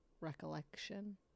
recollection